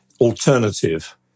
alternative